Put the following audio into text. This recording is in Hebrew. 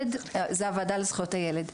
זה הוועדה לזכויות הילד,